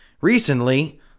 Recently